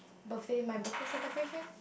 birthday my birthday celebration